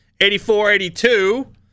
84-82